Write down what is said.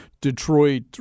Detroit